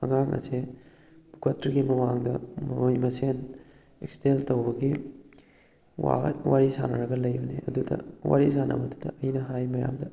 ꯑꯉꯥꯡ ꯑꯁꯦ ꯄꯨꯈꯠꯇ꯭ꯔꯤꯉꯩ ꯃꯃꯥꯡꯗ ꯃꯣꯏ ꯃꯁꯦꯟ ꯑꯦꯛꯁꯤꯗꯦꯜ ꯇꯧꯕꯒꯤ ꯋꯥꯔꯤ ꯁꯥꯟꯅꯔꯒ ꯂꯩꯕꯅꯤ ꯑꯗꯨꯗ ꯋꯥꯔꯤ ꯁꯥꯟꯅꯕꯗꯨꯗ ꯑꯩꯅ ꯍꯥꯏ ꯃꯌꯥꯝꯗ